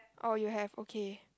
oh you have okay